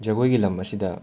ꯖꯒꯣꯏꯒꯤ ꯂꯝ ꯑꯁꯤꯗ